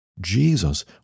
Jesus